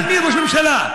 ראש ממשלה?